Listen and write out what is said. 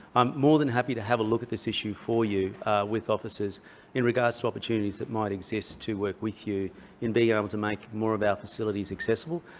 i'm more than happy to have a look at this issue for you with officers in regards to opportunities that might exist to work with you in being able to make more of our facilities accessible.